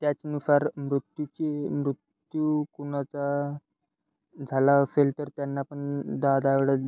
त्याचनुसार मृत्यूची मृत्यू कुणाचा झाला असेल तर त्यांनापण दहा दहा वेळा